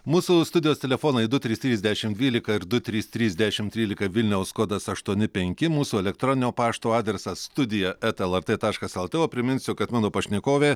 mūsų studijos telefonai du trys trys dešimt dvylika ir du trys trys dešimt trylika vilniaus kodas aštuoni penki mūsų elektroninio pašto adresas studija eta lrt taškas lt o priminsiu kad mano pašnekovė